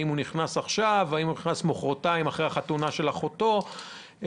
או האם הוא נכנס בעוד יומיים אחרי החתונה של אחותו וכו'.